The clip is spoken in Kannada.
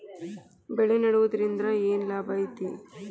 ಬೆಳೆ ನೆಡುದ್ರಿಂದ ಏನ್ ಲಾಭ ಐತಿ?